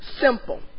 simple